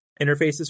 interfaces